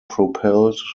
propelled